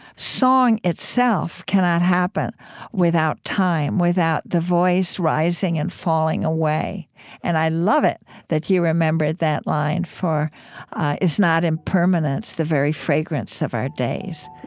song itself cannot happen without time, without the voice rising and falling away and i love it that you remembered that line for is not impermanence the very fragrance of our days.